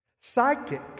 psychic